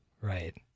Right